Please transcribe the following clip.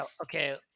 Okay